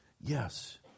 Yes